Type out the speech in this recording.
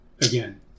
Again